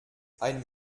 ein